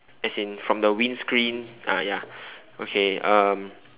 as in from the windscreen ah ya okay um